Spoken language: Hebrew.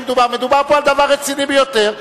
מדובר פה על דבר רציני ביותר.